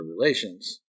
Relations